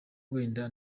wenda